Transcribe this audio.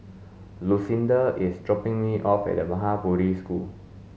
Lucinda is dropping me off at Maha Bodhi School